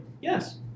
yes